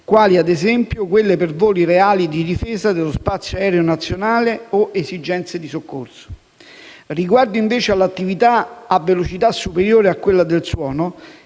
quali, ad esempio, quelle per voli reali di difesa dello spazio aereo nazionale o esigenze di soccorso. Riguardo, invece, all'attività a velocità superiore a quella del suono,